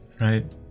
Right